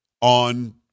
on